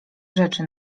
rzeczy